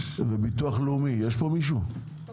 ביטוח לאומי, מה